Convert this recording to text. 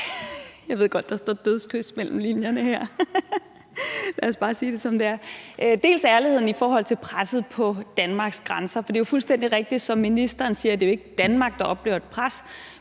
jeg ved godt, at der står dødskys mellem linjerne her; lad os bare sige det, som det er – i forhold til presset på Danmarks grænser. For det er fuldstændig rigtigt, som ministeren siger, at det jo ikke er Danmark, der oplever et pres,